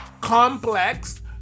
complex